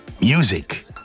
music